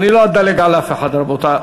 אני לא אדלג על אף אחד, רבותי.